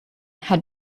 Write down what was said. had